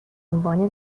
عنوان